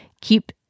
keep